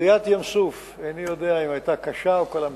קריעת ים-סוף איני יודע אם היתה קשה או קלה מזו.